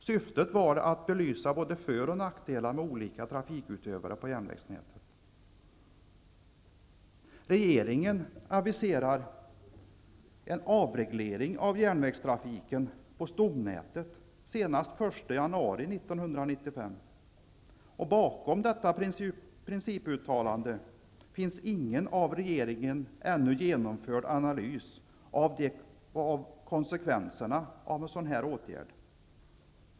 Syftet var att belysa för och nackdelar med olika trafikutövare på järnvägsnätet. 1995. Bakom detta principuttalande finns ingen av regeringen genomförd analys av konsekvenserna av en sådan åtgärd.